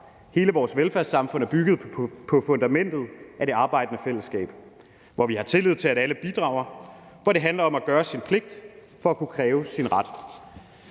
hele vores velfærdssamfund er bygget på fundamentet af det arbejdende fællesskab, hvor vi har tillid til, at alle bidrager, og hvor det handler om at gøre sin pligt for at kunne kræve sin ret.